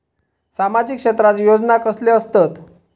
सामाजिक क्षेत्रात योजना कसले असतत?